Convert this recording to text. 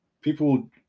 People